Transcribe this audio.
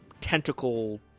tentacle